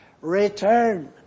return